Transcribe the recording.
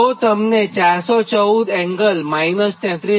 તો તમને 414∠ 33